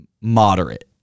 moderate